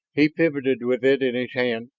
he pivoted with it in his hand,